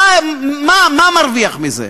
מה, מה מרוויח מזה?